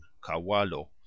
Kawalo